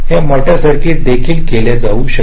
हे मोठ्या सर्किट्स साठी देखील केले जाऊ शकते